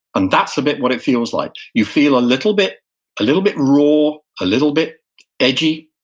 and that's a bit what it feels like. you feel a little bit a little bit raw, a little bit edgy,